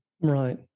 right